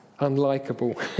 unlikable